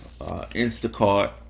Instacart